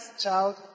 child